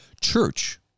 Church